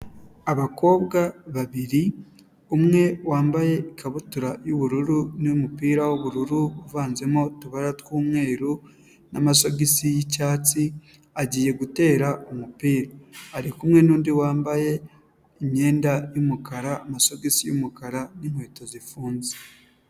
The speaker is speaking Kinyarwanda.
Abakobwa babiri, umwe wambaye ikabutura y'ubururu n'umupira w'ubururu, uvanzemo utubara tw'umweru n'amasogisi y'icyatsi, agiye gutera umupira ari kumwe n'undi wambaye imyenda y'umukara n'amasogisi y'umukara n'inkweto zifunze.